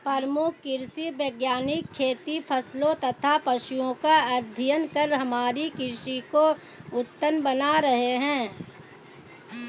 प्रमुख कृषि वैज्ञानिक खेती फसलों तथा पशुओं का अध्ययन कर हमारी कृषि को उन्नत बना रहे हैं